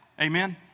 Amen